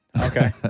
Okay